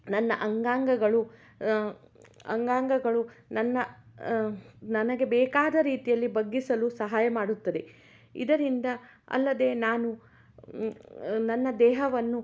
ನನ್ನ ಅಂಗಾಂಗಗಳು ಅಂಗಾಂಗಗಳು ನನ್ನ ನನಗೆ ಬೇಕಾದ ರೀತಿಯಲ್ಲಿ ಬಗ್ಗಿಸಲು ಸಹಾಯ ಮಾಡುತ್ತದೆ ಇದರಿಂದ ಅಲ್ಲದೆ ನಾನು ನನ್ನ ದೇಹವನ್ನು